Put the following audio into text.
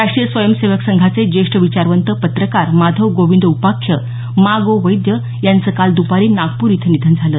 राष्टीय स्वयंसेवक संघाचे ज्येष्ठ विचारवंत पत्रकार माधव गोविंद उपाख्य मा गो वैद्य यांचं काल द्रपारी नागपूर इथं निधन झालं